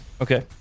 Okay